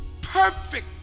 perfect